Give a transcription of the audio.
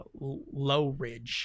Lowridge